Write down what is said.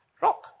rock